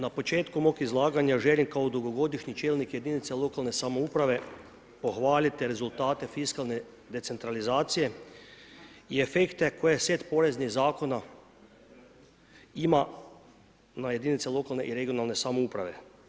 Na početku mog izlaganja želim kao dugogodišnji čelnik jedinica lokalne samouprave pohvaliti rezultate fiskalne decentralizacije i efekte koje set poreznih zakona ima na jedinice lokalne i regionalne samouprave.